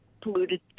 polluted